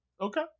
Okay